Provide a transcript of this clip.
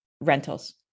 rentals